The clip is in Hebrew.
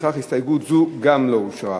לפיכך גם הסתייגות זו לא התקבלה.